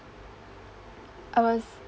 I was